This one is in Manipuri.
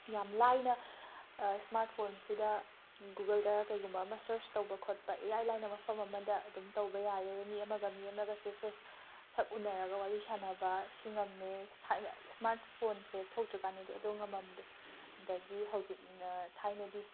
ꯌꯥꯝ ꯂꯥꯏꯅ ꯁ꯭ꯃꯥꯔꯠꯐꯣꯟꯁꯤꯗ ꯒꯨꯒꯜꯗ ꯀꯩꯒꯨꯝꯕ ꯑꯃ ꯁꯔꯁ ꯇꯧꯕ ꯈꯣꯠꯄ ꯏꯔꯥꯏ ꯂꯥꯏꯅ ꯃꯐꯝ ꯑꯃꯗ ꯑꯗꯨꯝ ꯇꯧꯕ ꯌꯥꯔꯦ ꯃꯤ ꯑꯃꯒ ꯃꯤ ꯑꯃꯒꯁꯦ ꯐꯦꯁ ꯁꯛ ꯎꯟꯅꯔꯒ ꯋꯥꯔꯤ ꯁꯥꯟꯅꯕꯁꯤ ꯉꯝꯃꯦ ꯊꯥꯏꯅ ꯁ꯭ꯃꯥꯔꯠꯐꯣꯟꯁꯦ ꯊꯣꯛꯇ꯭ꯔꯤꯀꯥꯟꯗꯗꯤ ꯑꯗꯣ ꯉꯝꯃꯝꯗꯦ ꯑꯗꯒꯤ ꯍꯧꯖꯤꯛ ꯊꯥꯏꯅꯗꯤ